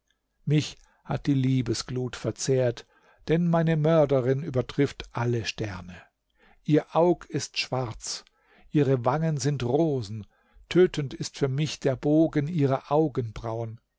mich hat die liebesglut verzehrt denn meine mörderin übertrifft alle sterne ihr aug ist schwarz ihre wangen sind rosen tötend ist für mich der bogen ihrer augenbrauen